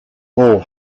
hole